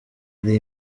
ari